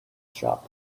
shop